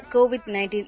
Covid-19